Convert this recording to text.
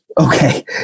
okay